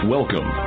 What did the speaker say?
Welcome